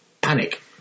Panic